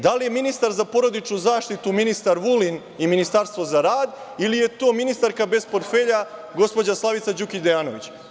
Da li je ministar za porodičnu zaštit, ministar Vulin i Ministarstvo za rad ili je to ministarka bez portfelja gospođa Slavica Đukić Dejanović?